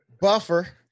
buffer